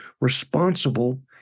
responsible